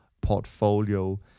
portfolio